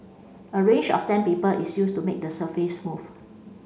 a range of sandpaper is used to make the surface smooth